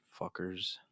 fuckers